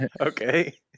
Okay